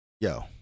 Yo